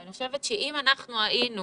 אני חושב שאם אנחנו היינו